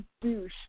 douche